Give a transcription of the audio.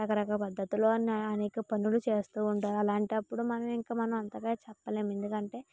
రకరకాల పద్ధతులు అనేక పనులు చేస్తు ఉంటారు అలాంటప్పుడు మనం ఇంకా మనం అంతగా చెప్పలేం ఎందుకంటే